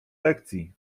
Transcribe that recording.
lekcji